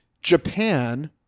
Japan